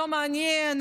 לא מעניין,